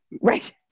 Right